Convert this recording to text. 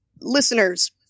listeners